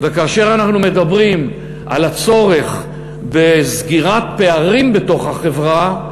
וכאשר אנחנו מדברים על הצורך בסגירת פערים בתוך החברה,